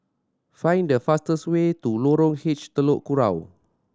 find the fastest way to Lorong H Telok Kurau